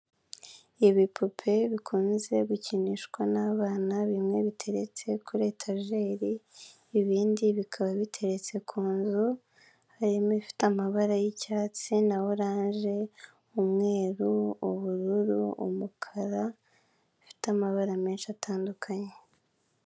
Ibipupe bikunze gukinishwa n'abana bimwe biteretse kuri etajeri ibindi bikaba biteretse ku nzu harimo ifite amabara y'icyatsi na oranje, umweru, ubururu, umukara bifite amabara menshi atandukanye.